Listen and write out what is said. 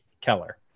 Keller